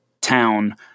town